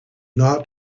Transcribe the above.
not